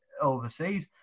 Overseas